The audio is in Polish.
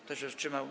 Kto się wstrzymał?